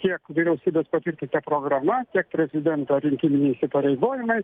tiek vyriausybės patvirtinta programa tiek prezidento rinkiminiai įsipareigojimai